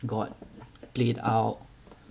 got played out